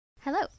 Hello